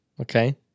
Okay